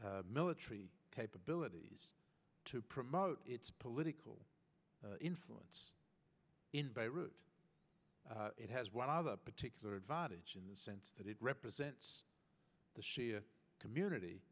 its military capabilities to promote its political influence in beirut it has what other particular advantage in the sense that it represents the shia community